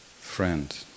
friend